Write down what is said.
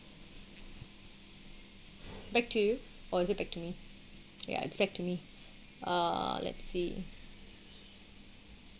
back to you or is it back to me ya it's back to me uh let's see